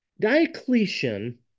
Diocletian